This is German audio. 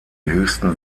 höchsten